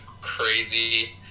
crazy